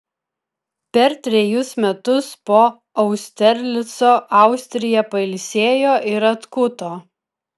per trejus metus po austerlico austrija pailsėjo ir atkuto